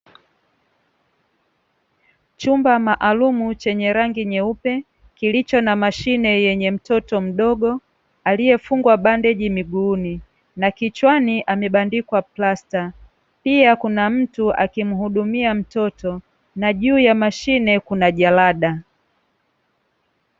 Chumba maalumu chenye rangi nyeupe kilicho na mashine yenye mtoto mdogo, aliyefungwa bandeji miguuni na kichwani amebandikwa plasta. Pia kuna mtu akimuhudumia mtoto, na juu ya mashine kuna jarada.